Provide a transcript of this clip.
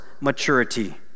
maturity